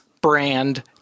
brand